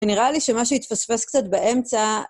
נראה לי שמה שהתפספס קצת באמצע.